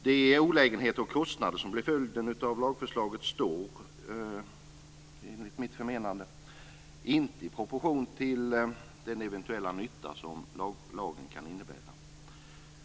De olägenheter och kostnader som blir följden av lagförslaget står, enligt mitt förmenande, inte i proportion till den eventuella nytta som lagen kan innebära.